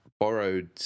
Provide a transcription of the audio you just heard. borrowed